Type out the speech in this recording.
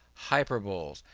hyperboles,